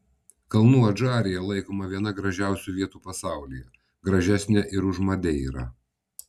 kalnų adžarija laikoma viena gražiausių vietų pasaulyje gražesnė ir už madeirą